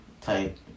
type